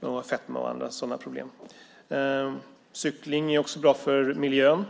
Det handlar också om fetma och andra sådana problem. Cykling är också bra för miljön.